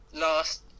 last